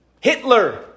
Hitler